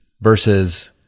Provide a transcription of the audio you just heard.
versus